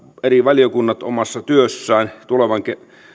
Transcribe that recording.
eri valiokunnat omassa työssään tulevan